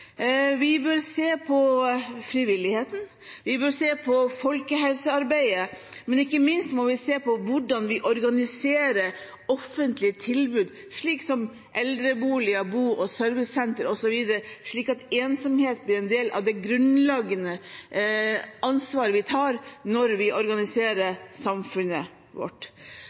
Vi bør se på frivilligheten, vi bør se på folkehelsearbeidet, men ikke minst må vi se på hvordan vi organiserer offentlige tilbud slik som eldreboliger, bo- og servicesentre osv., slik at problemet med ensomhet blir en del av det grunnleggende ansvaret vi tar når vi organiserer samfunnet vårt.